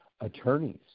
attorneys